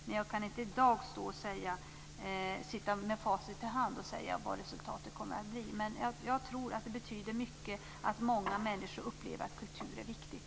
Men jag kan inte i dag sitta med facit i hand och säga vad resultatet kommer att bli. Jag tror dock att det betyder mycket att många människor upplever att kultur är viktigt.